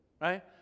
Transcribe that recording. Right